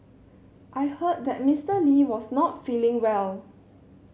I heard that Mister Lee was not feeling well